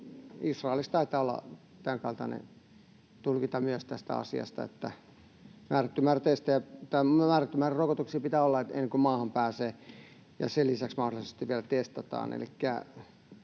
Israelissa taitaa olla tämänkaltainen tulkinta tästä asiasta, että määrätty määrä rokotuksia pitää olla ennen kuin maahan pääsee ja sen lisäksi mahdollisesti vielä testataan.